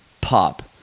pop